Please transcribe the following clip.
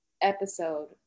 episode